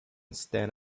stand